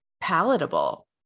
palatable